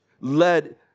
led